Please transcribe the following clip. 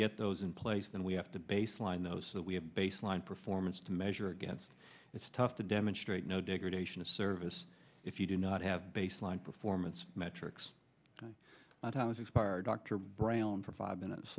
get those in place then we have to baseline those that we have baseline performance to measure against it's tough to demonstrate no degradation of service if you did not have baseline performance metrics on time is expired dr brown for five minutes